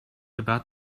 about